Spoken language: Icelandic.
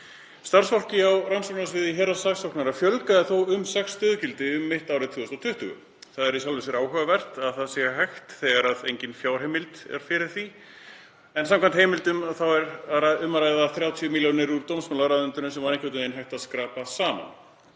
Starfsfólki á rannsóknarsviði héraðssaksóknara fjölgaði þó um sex stöðugildi um mitt ár 2020. Það er í sjálfu sér áhugavert að það sé hægt þegar engin fjárheimild er fyrir því, en samkvæmt heimildum er um að ræða 30 milljónir úr dómsmálaráðuneytinu sem var einhvern veginn hægt að skrapa saman.